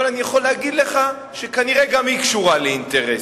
אבל אני יכול להגיד לך שכנראה גם היא קשורה לאינטרסים,